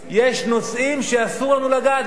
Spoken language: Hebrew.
ויש נושאים שאסור לנו לגעת בהם.